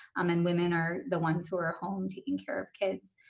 um and women are the ones who are at home taking care of kids,